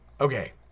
Okay